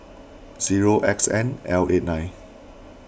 zero X N L eight nine